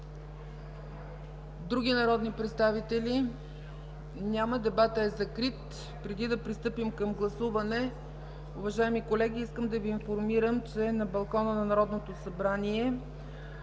Други народни представители? Няма. Дебатът е закрит. Преди да пристъпим към гласуване, уважаеми колеги, искам да Ви информирам, че на балкона на Народното събрание